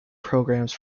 programmes